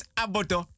aboto